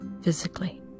physically